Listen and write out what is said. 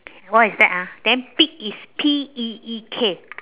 what is that ah then peek is P E E K